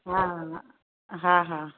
हा हा हा हा हा